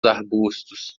arbustos